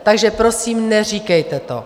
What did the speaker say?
Takže prosím, neříkejte to!